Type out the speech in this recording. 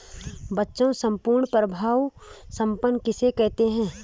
बच्चों सम्पूर्ण प्रभुत्व संपन्न किसे कहते हैं?